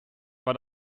war